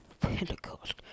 Pentecost